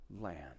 land